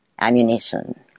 ammunition